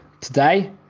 today